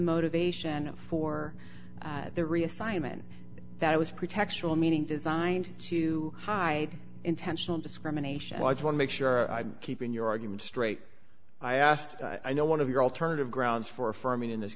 most ation for the reassignment that it was pretextual meaning designed to hide intentional discrimination was one make sure i'm keeping your argument straight i asked i know one of your alternative grounds for affirming in this